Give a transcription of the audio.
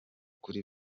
kuri